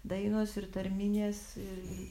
dainos ir tarminės ir ir